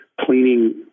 cleaning